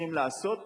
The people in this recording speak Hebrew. צריכים לעשות,